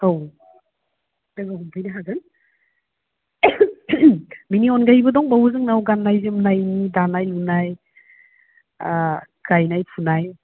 औ लोगो हमफैनो हागोन बिनि अनगायैबो दंबावो जोंनाव गाननाय जोमनायनि दानाय लुनाय गायना फुनाय